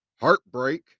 Heartbreak